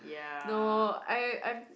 no I I'm